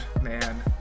man